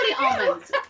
almonds